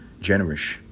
Generous